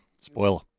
Spoiler